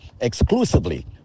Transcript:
Exclusively